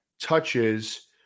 touches